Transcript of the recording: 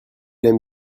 aime